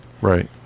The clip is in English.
Right